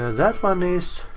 that one is.